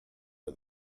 for